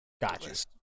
Gotcha